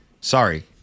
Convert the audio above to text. Sorry